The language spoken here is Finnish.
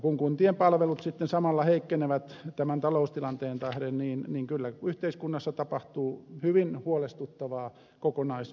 kun kuntien palvelut sitten samalla heikkenevät tämän taloustilanteen tähden niin kyllä yhteiskunnassa tapahtuu hyvin huolestuttavaa kokonaiskehitystä